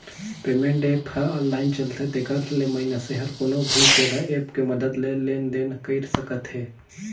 payment app ह online चलथे तेखर ले मइनसे हर कोनो भी जघा ऐप के मदद ले लेन देन कइर सकत हे